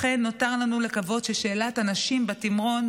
לכן נותר לנו לקוות ששאלת הנשים בתמרון